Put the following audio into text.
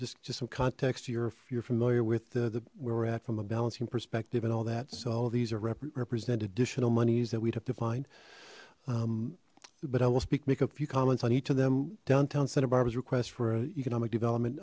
just just some context your if you're familiar with the where we're at from a balancing perspective and all that so all these are represent additional monies that we'd have to find but i will speak make a few comments on each of them downtown santa barbara's request for an economic development